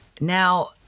now